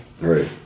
Right